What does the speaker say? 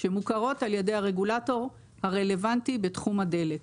שמוכרות על ידי הרגולטור הרלוונטי בתחום הדלק.